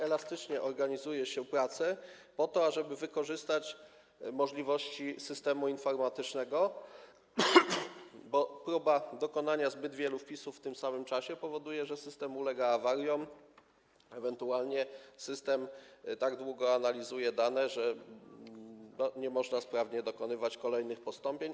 Elastycznie organizuje się pracę po to, ażeby wykorzystać możliwości systemu informatycznego, bo próba dokonania zbyt wielu wpisów w tym samym czasie powoduje, że system ulega awariom, ewentualnie system tak długo analizuje dane, że nie można sprawnie dokonywać kolejnych postąpień.